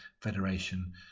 Federation